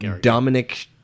Dominic